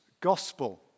gospel